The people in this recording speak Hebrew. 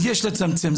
יש לצמצם.